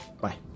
bye